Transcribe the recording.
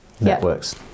Networks